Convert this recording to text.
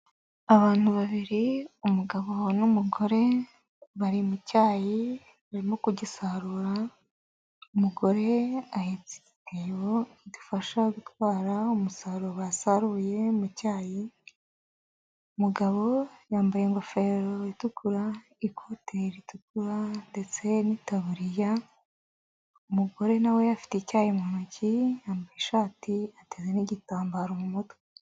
Abantu babiri umugabo n'umugore bari mu cyayi barimo kugisarura, umugore ahetse igitebo kimufasha gutwara umusaruro basaruye mu cyayi, umugabo yambaye ingofero itukura, ikote ritukura ndetse n'itaburiya, umugore na we afite icyayi mu ntoki, yambaye ishati atereye n'igitambaro mu mutwe.